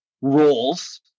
roles